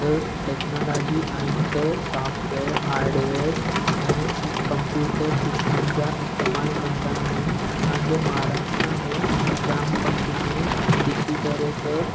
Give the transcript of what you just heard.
त टेक्नोलॉजी आहिनि त सॉफ्टवेयर हार्डवेयर ऐं कंप्यूटर सिस्टम जा इस्तेमालु कंदा आहिनि असांजे महाराष्ट्र में जाम कंपनियूं ॾिसी करे त